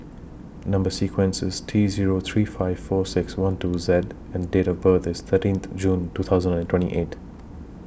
Number sequence IS T Zero three five four six one two Z and Date of birth IS thirteenth June two thousand and twenty eight